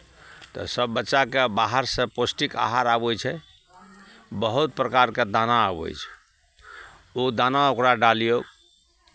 तऽ सब बच्चाके बाहरसँ पौष्टिक आहार आबै छै बहुत प्रकारके दाना आबै छै ओ दाना ओकरा डालियौ